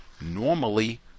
normally